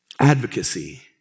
Advocacy